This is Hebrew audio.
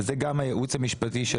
וזה גם הייעוץ המשפטי של